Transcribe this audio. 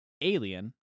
Alien